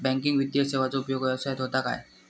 Banking वित्तीय सेवाचो उपयोग व्यवसायात होता काय?